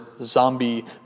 zombie